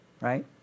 right